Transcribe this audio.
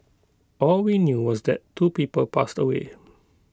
all we knew was that two people passed away